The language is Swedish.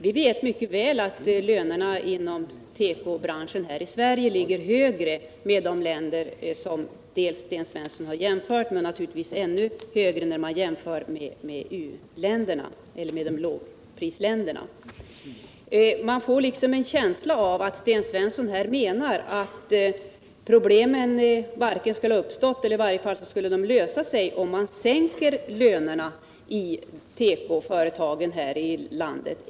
Vi vet mycket väl att lönerna inom tekobranschen här i Sverige ligger högre än i de länder som Sten Svensson jämförde med och naturligtvis ännu högre än i lågprisländerna. Man får en känsla av att Sten Svensson menar att problemen inte skulle ha uppstått eller i varje fall skulle lösas med sänkta löner inom tekoföretagen här i landet.